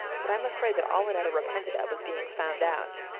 but i'm afraid that all annetta repented of was being found out.